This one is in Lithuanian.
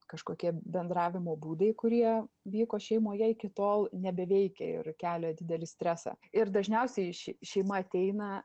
kažkokie bendravimo būdai kurie vyko šeimoje iki tol nebeveikia ir kelia didelį stresą ir dažniausiai ši šeima ateina